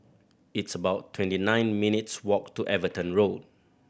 it's about twenty nine minutes' walk to Everton Road